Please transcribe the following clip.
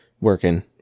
working